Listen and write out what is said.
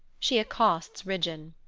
she accosts ridgeon.